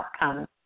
outcomes